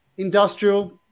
Industrial